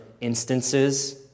instances